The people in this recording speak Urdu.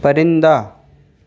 پرندہ